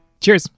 Cheers